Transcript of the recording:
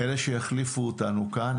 אלה שיחליפו אותנו כאן,